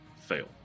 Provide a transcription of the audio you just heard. Fail